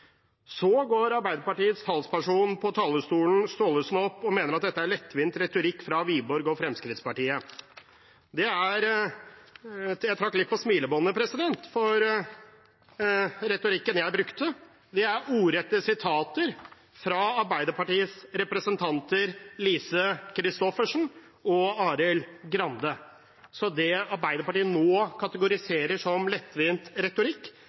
Så går Arbeiderpartiets talsperson, Siri Gåsemyr Staalesen, på talerstolen og mener at dette er lettvint retorikk fra Wiborg og Fremskrittspartiet. Jeg trakk litt på smilebåndet, for retorikken jeg brukte, er direkte sitater fra Arbeiderpartiets representanter Lise Christoffersen og Arild Grande, så det Arbeiderpartiet nå kategoriserer som lettvint retorikk,